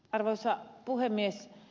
arvoisa puhemies